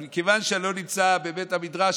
אבל מכיוון שאני לא נמצא בבית המדרש,